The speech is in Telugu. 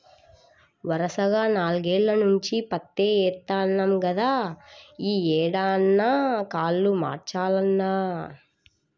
వరసగా నాల్గేల్ల నుంచి పత్తే యేత్తన్నాం గదా, యీ ఏడన్నా కాలు మార్చాలన్నా